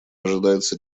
ожидается